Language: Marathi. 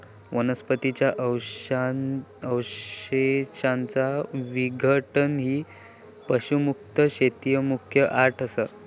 वनस्पतीं च्या अवशेषांचा विघटन ही पशुमुक्त शेतीत मुख्य अट असा